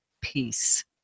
peace